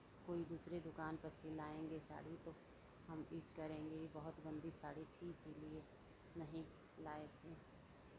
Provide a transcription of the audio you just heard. कोई दूसरे दुकान पर से ही लाएंगे साड़ी तो हम यूज़ करेंगे ये बहुत गंदी साड़ी थी इसीलिए नहीं लाये थे